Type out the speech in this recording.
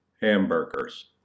Hamburgers